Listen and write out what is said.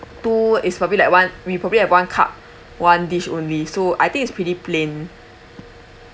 two it's probably like one we probably have one carb one dish only so I think it's pretty plain